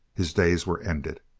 his days were ended.